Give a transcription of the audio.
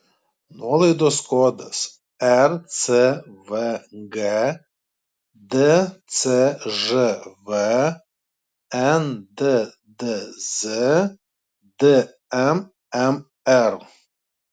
nuolaidos kodas rcvg dcžv nddz dmmr